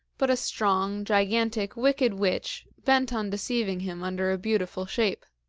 but a strong, gigantic, wicked witch bent on deceiving him under a beautiful shape.